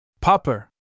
Popper